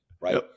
right